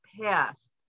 past